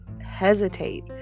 hesitate